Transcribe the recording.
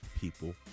people